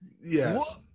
yes